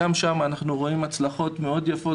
גם שם אנחנו רואים הצלחות מאוד יפות